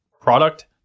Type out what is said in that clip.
Product